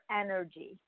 energy